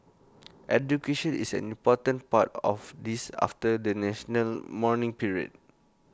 education is an important part of this after the national mourning period